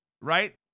Right